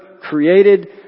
created